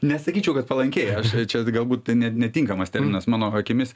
nesakyčiau kad palankiai aš čia galbūt ne netinkamas terminas mano akimis